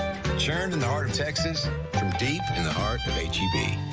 churned in the heart of texas from deep in the heart of h e b.